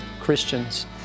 Christians